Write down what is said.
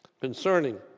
concerning